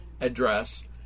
address